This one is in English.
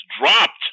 dropped